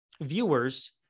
Viewers